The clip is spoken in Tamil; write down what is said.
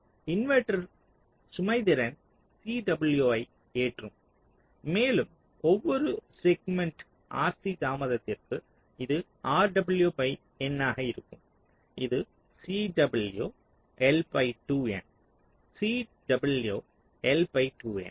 இன்வெர்ட்டர் சுமை திறன் Cw ஐ ஏற்றும் மேலும் ஒவ்வொரு செக்மென்ட்டின் RC தாமதத்திற்கு இது Rw பை N ஆக இருக்கும் இது Cw L by 2 N CW L by 2 N